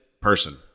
person